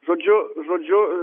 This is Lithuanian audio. žodžiu žodžiu